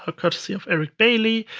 ah courtesy of eric bailey,